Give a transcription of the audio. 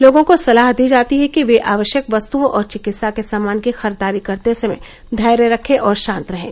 लोगों को सलाह दी जाती है कि वे आवश्यक वस्तुओं और चिकित्सा के सामान की खरीददारी करते समय धैर्य रखे और शांत रहें